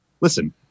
listen